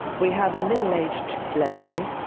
we have a middle-aged lady,